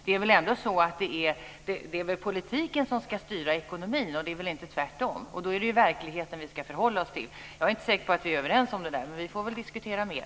Det är väl ändå så att det är politiken som ska styra ekonomin och inte tvärtom? Och då är det verkligheten som vi ska förhålla oss till. Jag är inte säker på att vi är överens om det, men vi får väl diskutera mer.